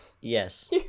Yes